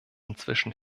inzwischen